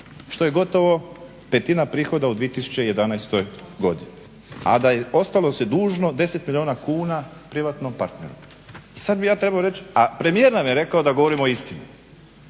što je gotovo petina prihoda u 2011.godini, a da se ostalo dužno 10 milijuna kuna privatnom partneru. I sada bih ja trebao reći a premijer nam je rekao da govorimo istinu.